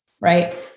right